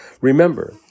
Remember